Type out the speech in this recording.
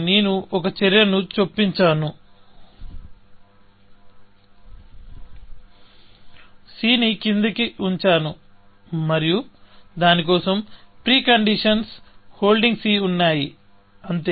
నేను ఒక చర్యను చొప్పించాను c ని కింద ఉంచాను మరియు దాని కోసం ప్రీకండీషన్స్ హోల్డింగ్ c ఉన్నాయి అంతే